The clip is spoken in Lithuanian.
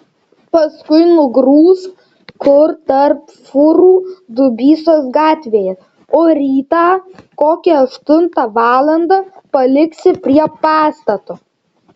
paskui nugrūsk kur tarp fūrų dubysos gatvėje o rytą kokią aštuntą valandą paliksi prie pastato